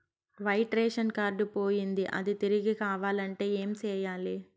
white ration card పోయింది అది తిరిగి కావాలంటే ఏం సేయాలి